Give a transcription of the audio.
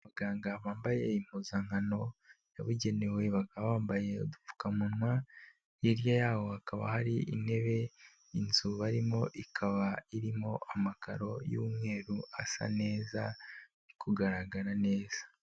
Abaganga bambaye impuzankano yabugenewe, bambaye udupfukamunwa hirya yabo hakaba hari intebe, inzu barimo ikaba irimo amakaro y'umweru asa neza ari kugaragara neza.